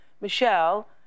Michelle